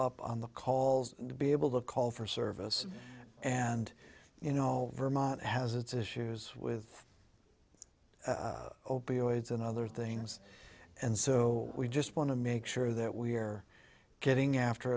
up on the calls to be able to call for service and you know vermont has its issues with opioids and other things and so we just want to make sure that we're getting after